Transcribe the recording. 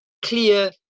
Clear